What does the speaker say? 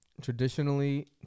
Traditionally